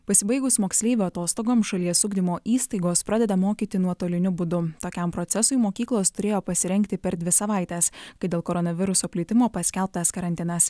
pasibaigus moksleivių atostogoms šalies ugdymo įstaigos pradeda mokyti nuotoliniu būdu tokiam procesui mokyklos turėjo pasirengti per dvi savaites kai dėl koronaviruso plitimo paskelbtas karantinas